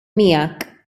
miegħek